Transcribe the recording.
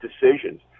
decisions